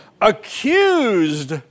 accused